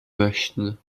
möchten